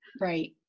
right